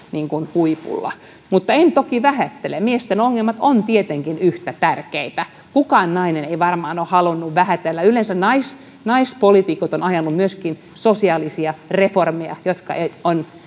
huipulla mutta en toki vähättele miesten ongelmat ovat tietenkin yhtä tärkeitä kukaan nainen ei varmaan ole halunnut vähätellä yleensä naispoliitikot ovat ajaneet myöskin sosiaalisia reformeja jotka ovat